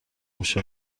میشه